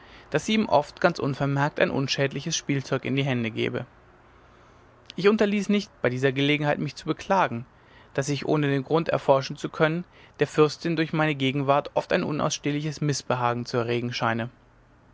daß sie ihm oft ganz unvermerkt ein unschädliches spielzeug in die hände gebe ich unterließ nicht bei dieser gelegenheit mich zu beklagen daß ich ohne den grund erforschen zu können der fürstin durch meine gegenwart oft ein unausstehliches mißbehagen zu erregen scheine